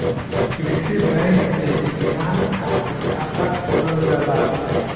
कृषि बैंक में किसान खातिर खाता खोलल जाला